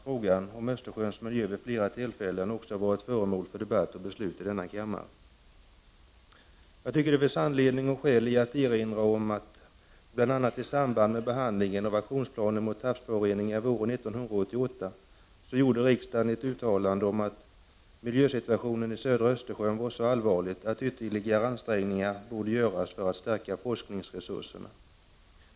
Frågan om Östersjöns miljö har vid flera tidigare tillfällen varit föremål för debatt och beslut i denna kammare. Det finns skäl i att erinra om att riksdagen, i samband med behandlingen av aktionsplanen mot havsföroreningar våren 1988, uttalade att miljösituationen i södra Östersjön var så allvarlig att ytterligare ansträngningar borde göras för att stärka forskningsresurserna.